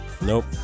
Nope